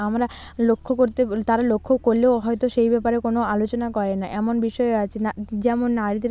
আমরা লক্ষ্য করতে তারা লক্ষ্য করলেও হয়তো সেই ব্যাপারে কোনো আলোচনা করে না এমন বিষয়ও আছে না যেমন নারীদের